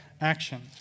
action